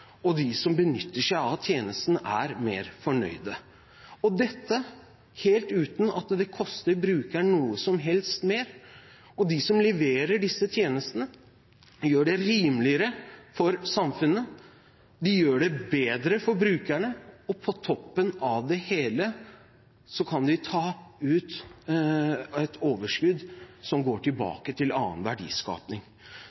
og de som benytter seg av tjenesten, er mer fornøyd – dette helt uten at det koster brukerne noe som helst mer. Og de som leverer disse tjenestene, gjør det rimeligere for samfunnet, de gjør det bedre for brukerne, og på toppen av det hele kan de ta ut et overskudd som går